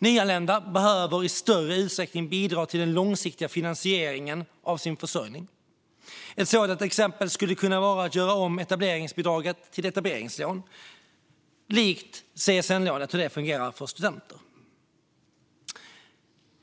Nyanlända behöver i större utsträckning bidra till den långsiktiga finansieringen av sin försörjning. Ett sådant exempel skulle kunna vara att göra om etableringsbidraget till ett etableringslån, på liknande sätt som CSN-lånet fungerar för studenter.